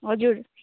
हजुर